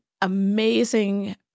amazing